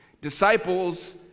Disciples